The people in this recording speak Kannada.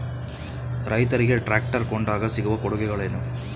ರೈತರಿಗೆ ಟ್ರಾಕ್ಟರ್ ಕೊಂಡಾಗ ಸಿಗುವ ಕೊಡುಗೆಗಳೇನು?